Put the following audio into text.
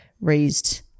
raised